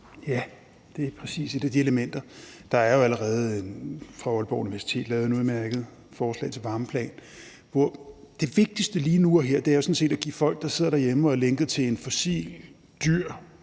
Ja, det er præcis et af de elementer. Der er jo allerede på Aalborg Universitet lavet et udmærket forslag til varmeplan. Det vigtigste lige nu og her er jo sådan set at give folk, der sidder derhjemme og er lænket til en fossil, dyr